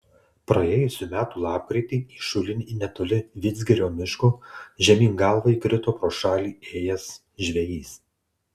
praėjusių metų lapkritį į šulinį netoli vidzgirio miško žemyn galva įkrito pro šalį ėjęs žvejys